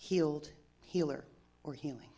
healed healer or healing